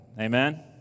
Amen